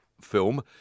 film